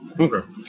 Okay